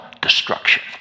destruction